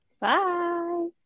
Bye